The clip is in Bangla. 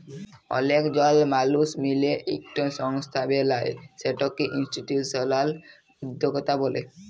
অলেক জল মালুস মিলে ইকট সংস্থা বেলায় সেটকে ইনিসটিটিউসলাল উদ্যকতা ব্যলে